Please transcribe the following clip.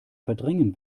verdrängen